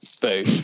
boo